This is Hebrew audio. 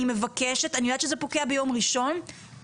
אני מבקשת ואני יודעת שזה פוקע ביום ראשון הקרוב,